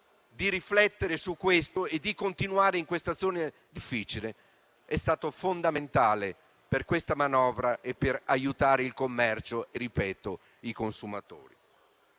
di riflettere al riguardo e di continuare in questa azione difficile, perché è stato fondamentale per questa manovra e per aiutare il commercio e - ripeto - i consumatori.